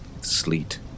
Sleet